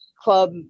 club